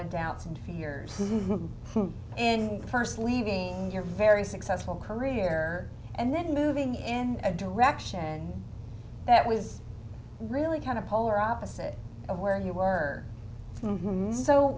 of doubts and fears in first leaving your very successful career and then moving in a direction that was really kind of polar opposite of where you were